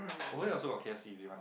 over there also got K_F_C if you want